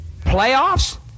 Playoffs